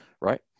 right